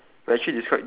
ya